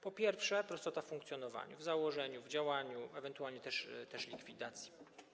Po pierwsze, prostota w funkcjonowaniu, w założeniu, w działaniu, ewentualnie też likwidacji.